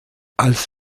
als